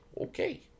Okay